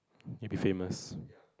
you'd be famous